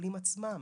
במטופלים עצמם,